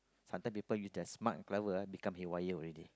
sometime people use their smart clever ah become haywire already